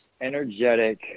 energetic